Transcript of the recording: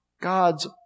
God's